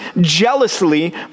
jealously